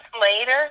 later